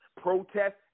protest